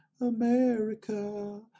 America